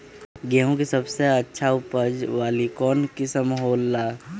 गेंहू के सबसे अच्छा उपज वाली कौन किस्म हो ला?